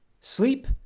sleep